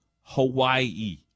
Hawaii